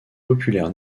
populaire